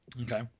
Okay